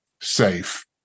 safe